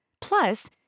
Plus